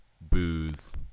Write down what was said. booze